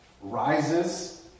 rises